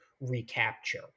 recapture